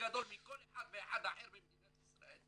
גדול מכל אחד ואחד אחר במדינת ישראל.